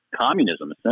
communism